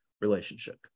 relationship